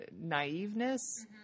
naiveness